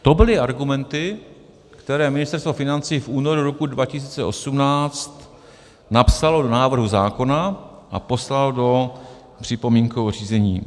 To byly argumenty, které Ministerstvo financí v únoru roku 2018 napsalo do návrhu zákona a poslalo do připomínkového řízení.